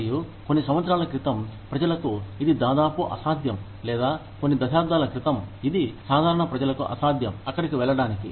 మరియు కొన్ని సంవత్సరాల క్రితం ప్రజలకు ఇది దాదాపు అసాధ్యం లేదా కొన్ని దశాబ్దాల క్రితం ఇది సాధారణ ప్రజలకు అసాధ్యం అక్కడికి వెళ్లడానికి